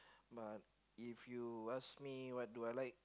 but if you ask me what do I like